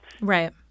Right